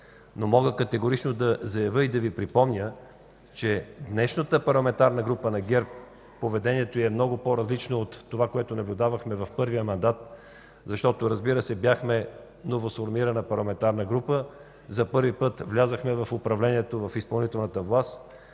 Мога категорично да заявя и да Ви припомня, че поведението на днешната Парламентарна група на ГЕРБ е много по-различно от това, което наблюдавахме в първия мандат, защото бяхме новосформирана парламентарна група, за първи път влязохме в управлението, в изпълнителната власт,